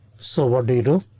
so what do you do?